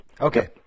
Okay